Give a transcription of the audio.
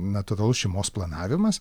natūralus šeimos planavimas